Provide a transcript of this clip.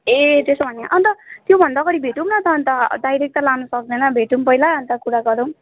ए त्यसो भने अन्त त्योभन्दा अगाडि भेटौँ न अन्त डाइरेक्ट त लानु सक्दैन भेटौँ पहिला अन्त कुरा गरौँ